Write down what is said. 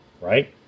right